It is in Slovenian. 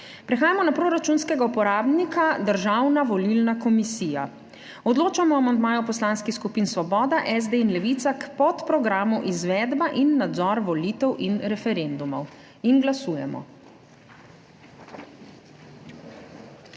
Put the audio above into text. Prehajamo na proračunskega uporabnika Državna volilna komisija. Odločamo o amandmaju poslanskih skupin Svoboda, SD in Levica k podprogramu Izvedba in nadzor volitev in referendumov. Glasujemo.